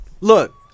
look